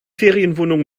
ferienwohnung